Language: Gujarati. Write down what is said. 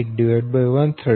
8132 10